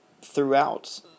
throughout